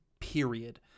period